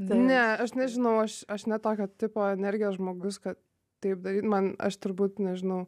ne aš nežinau aš aš ne tokio tipo energijos žmogus kad taip daryt man aš turbūt nežinau